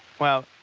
well,